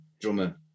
Drummer